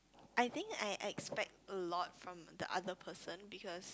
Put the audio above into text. I think I expect a lot from the other person because